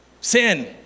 sin